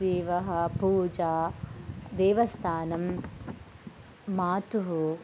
देवः पूजा देवस्थानं मातुः